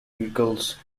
vehicles